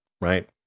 right